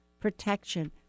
protection